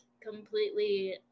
completely